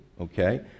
Okay